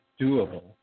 doable